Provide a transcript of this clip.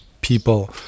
people